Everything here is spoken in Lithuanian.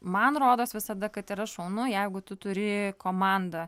man rodos visada kad yra šaunu jeigu tu turi komandą